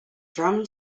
drum